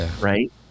right